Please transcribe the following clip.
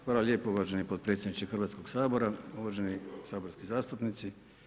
Hvala lijepo uvaženi potpredsjedniče Hrvatskog sabora, uvaženi saborski zastupnici.